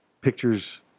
pictures